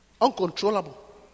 Uncontrollable